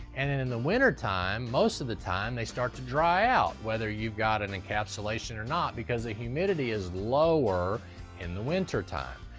and and in the winter time, most of the time, they start to dry out, whether you've got an encapsulation or not, because the humidity is lower in the winter time.